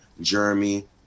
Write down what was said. Jeremy